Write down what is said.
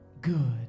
good